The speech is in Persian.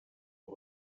رنگ